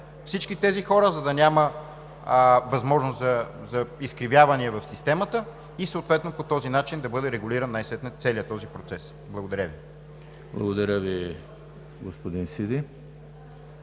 всички тези хора, за да няма възможност за изкривявания в системата и съответно по този начин да бъде регулиран най-сетне целият този процес. Благодаря Ви. ПРЕДСЕДАТЕЛ ЕМИЛ ХРИСТОВ: